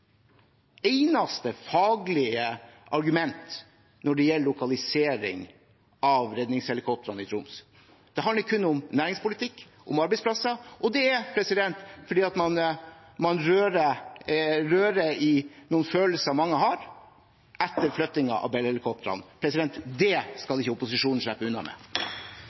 eneste faglig argument når det gjelder lokalisering av redningshelikoptrene i Troms. Det handler kun om næringspolitikk og arbeidsplasser. Det er fordi man rører i noen følelser mange har etter flyttingen av Bell-helikoptrene. Det skal ikke opposisjonen slippe unna med.